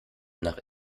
nach